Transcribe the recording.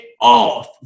off